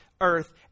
earth